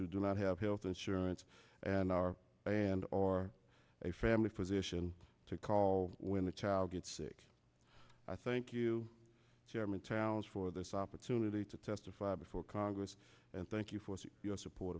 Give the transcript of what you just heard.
who do not have health surance and our band or a family physician to call when the child gets sick i thank you chairman trials for this opportunity to testify before congress and thank you for your support